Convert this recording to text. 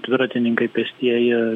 dviratininkai pėstieji